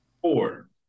Four